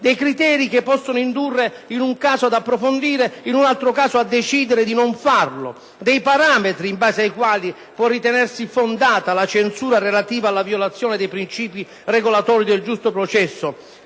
dei criteri che possono indurre in un caso ad approfondire e in un altro a decidere di non farlo, dei parametri in base ai quali puoritenersi fondata la censura relativa alla violazione dei principi regolatori del giusto processo